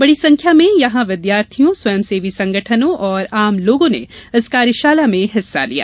बड़ी संख्या में यहां विद्यार्थियों स्वयंसेवी संगठनों और आम लोगों ने इस कार्यशाला में हिस्सा लिया